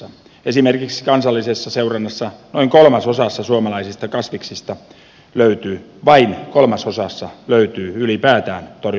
esimerkiksi kansallisessa seurannassa noin kolmasosasta suomalaisia kasviksia löytyy vain kolmasosasta löytyy ylipäätään torjunta ainejäämiä